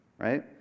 Right